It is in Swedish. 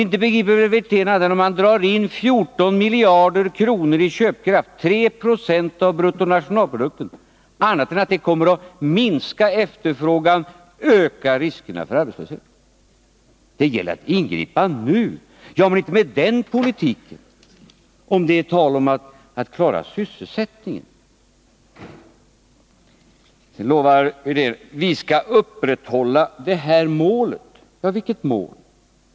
Nog begriper väl Rolf Wirtén att om man drar in 14 miljarder kronor i köpkraft, 3 90 av bruttonationalprodukten, så kommer det att minska efterfrågan och öka riskerna för arbetslöshet. Det gäller att ingripa nu, säger alltså Rolf Wirtén. Ja, men inte med den föreslagna politiken, om det är tal om att klara sysselsättningen. Rolf Wirtén lovar: Vi skall bibehålla det här målet. Vilket mål?